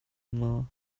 maw